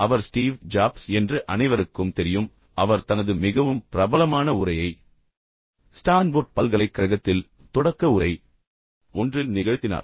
அவர் Steve Jobs என்று அனைவருக்கும் தெரியும் பின்னர் அவர் தனது மிகவும் பிரபலமான உரையை ஸ்டான்போர்ட் பல்கலைக்கழகத்தில் தொடக்க உரை ஒன்றில் நிகழ்த்தினார்